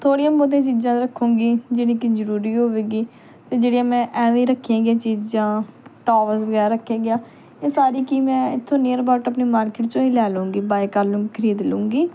ਥੋੜ੍ਹੀਆਂ ਬਹੁਤੀਆਂ ਚੀਜ਼ਾਂ ਰਖੂੰਗੀ ਜਿਹੜੀਆਂ ਕਿ ਜ਼ਰੂਰੀ ਹੋਵੇਗੀ ਅਤੇ ਜਿਹੜੀਆਂ ਮੈਂ ਐਵੇਂ ਰੱਖੀਆਂ ਗਈਆਂ ਚੀਜ਼ਾਂ ਟਾਵਲਸ ਵਗੈਰਾ ਰੱਖਿਆ ਗਿਆ ਇਹ ਸਾਰੀ ਕਿ ਮੈਂ ਇੱਥੋਂ ਨੀਅਰ ਅਬਾਉਟ ਆਪਣੀ ਮਾਰਕੀਟ 'ਚੋਂ ਹੀ ਲੈ ਲਉਂਗੀ ਬਾਏ ਕਰ ਲਊਂ ਖਰੀਦ ਲਉਂਗੀ